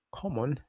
common